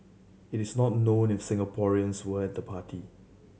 it is not known if Singaporeans were at the party